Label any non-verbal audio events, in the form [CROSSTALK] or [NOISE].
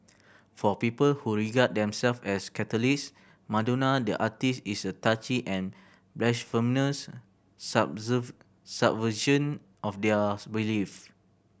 for people who regard themselves as Catholics Madonna the artiste is a touchy and blasphemous [UNINTELLIGIBLE] subversion of their belief